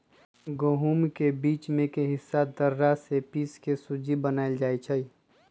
गहुम के बीच में के हिस्सा दर्रा से पिसके सुज्ज़ी बनाएल जाइ छइ